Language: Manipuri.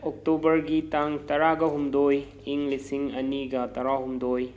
ꯑꯣꯛꯇꯣꯕꯔꯒꯤ ꯇꯥꯡ ꯇꯔꯥꯒ ꯍꯨꯝꯗꯣꯏ ꯏꯪ ꯂꯤꯁꯤꯡ ꯑꯅꯤꯒ ꯇꯔꯥꯍꯨꯝꯗꯣꯏ